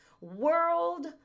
world